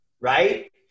right